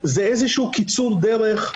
זה איזשהו קיצור דרך,